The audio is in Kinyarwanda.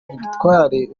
victory